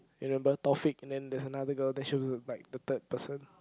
remember Taufik and then there's another girl that she was like the third person